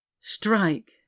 strike